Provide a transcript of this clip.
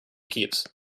keeps